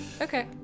okay